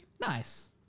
Nice